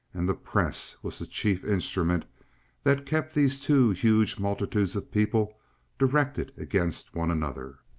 and the press was the chief instrument that kept these two huge multitudes of people directed against one another.